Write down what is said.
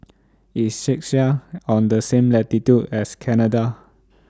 IS Czechia on The same latitude as Canada